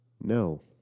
No